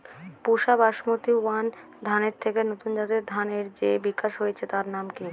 পুসা Basmati one ধানের থেকে নতুন জাতের ধানের যে বিকাশ হয়েছে তার নাম কি?